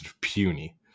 puny